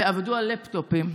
ועבדו על לפטופים.